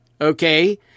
Okay